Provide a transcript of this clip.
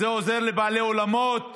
זה עוזר לבעלי אולמות.